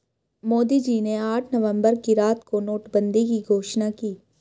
मोदी जी ने आठ नवंबर की रात को नोटबंदी की घोषणा की